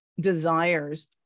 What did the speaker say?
desires